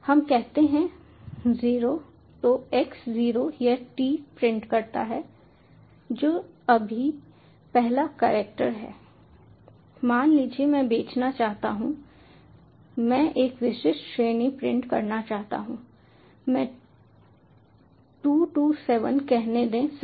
हम कहते हैं 0 तो x 0 यह t प्रिंट करता है जो अभी पहला कैरेक्टर है मान लीजिए मैं बेचना चाहता हूं मैं एक विशिष्ट श्रेणी प्रिंट करना चाहता हूं हमें 227 कहने दें सही